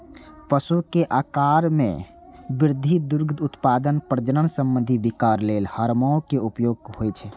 पशु के आाकार मे वृद्धि, दुग्ध उत्पादन, प्रजनन संबंधी विकार लेल हार्मोनक उपयोग होइ छै